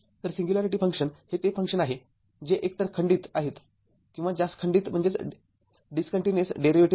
तरसिंग्युलॅरिटी function हे ते function आहे जे एकतर खंडित आहेत किंवा ज्यास खंडित डेरीवेटीव्ह आहेत